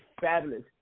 fabulous